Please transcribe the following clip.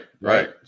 right